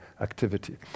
activity